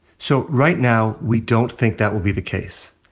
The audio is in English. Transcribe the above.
so right now we don't think that will be the case.